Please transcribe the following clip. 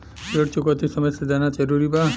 ऋण चुकौती समय से देना जरूरी बा?